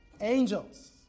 Angels